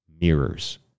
mirrors